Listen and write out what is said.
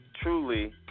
Truly